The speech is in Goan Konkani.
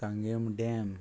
सांगेंम डॅम